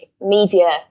media